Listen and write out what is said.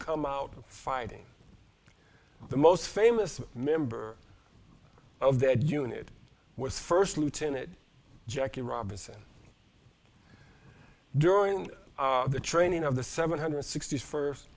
come out fighting the most famous member of that unit was first lieutenant jackie robinson during the training of the seven hundred sixty first